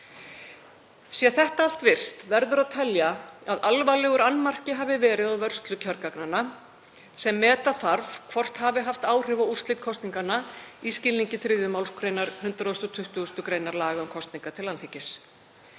Sé þetta allt virt verður að telja að alvarlegur annmarki hafi verið á vörslu kjörgagnanna sem meta þarf hvort hafi haft áhrif á úrslit kosninganna í skilningi 3. mgr. 120. gr. laga um kosningar til Alþingis.